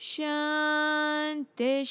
Shanti